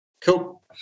Cool